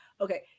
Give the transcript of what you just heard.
Okay